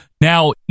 Now